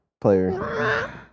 player